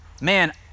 man